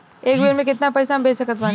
एक बेर मे केतना पैसा हम भेज सकत बानी?